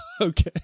Okay